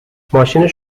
ماشینو